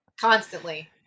constantly